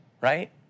right